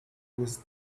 with